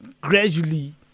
gradually